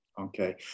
okay